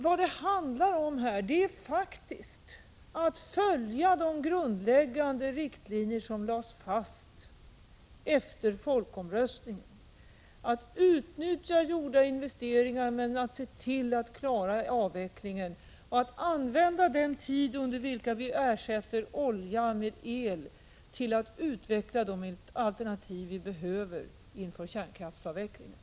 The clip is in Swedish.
Vad det i det här sammanhanget faktiskt handlar om är att följa de grundläggande riktlinjer som lades fast efter folkomröstningen, att utnyttja gjorda investeringar men att se till att klara avvecklingen och att använda den tid under vilken vi ersätter oljan med el till att utveckla de alternativ vi behöver inför avvecklingen av kärnkraften.